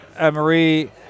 Marie